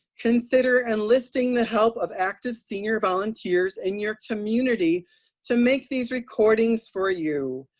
consider enlisting the help of active senior volunteers in your community to make these recordings for you.